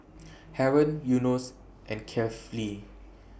Haron Yunos and Kefli